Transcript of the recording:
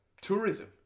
tourism